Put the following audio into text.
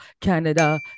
Canada